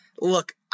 look